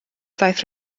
daeth